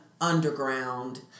Underground